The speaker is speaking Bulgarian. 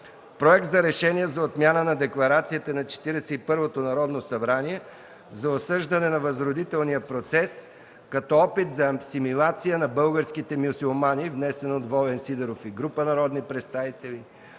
Проект за решение за отмяна на Декларацията на Четиридесет и първото Народно събрание за осъждане на Възродителния процес като опит за асимилация на българските мюсюлмани, внесен от Волен Сидеров и група народни представители;